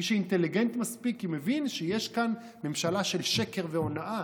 מי שאינטליגנט מספיק מבין שיש כאן ממשלה של שקר והונאה,